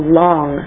long